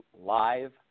live